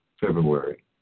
February